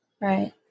Right